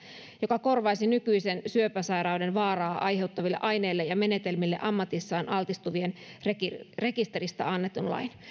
joka korvaisi nykyisen syöpäsairauden vaaraa aiheuttaville aineille ja menetelmille ammatissaan altistuvien rekisteristä rekisteristä annetun lain